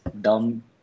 dumb